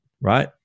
right